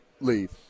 leave